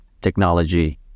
technology